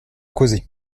causer